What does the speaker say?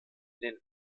den